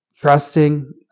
trusting